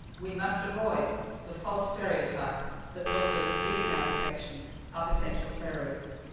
we must avoid the false stereotype that muslims seeking our protection are potential terrorists.